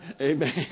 Amen